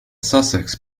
sussex